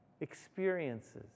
experiences